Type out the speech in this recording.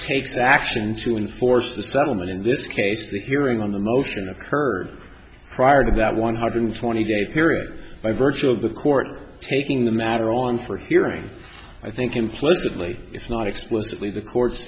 the action to enforce the settlement in this case the hearing on the motion occurred prior to that one hundred twenty day period by virtue of the court taking the matter on for hearing i think implicitly if not explicitly the court